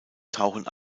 tauchen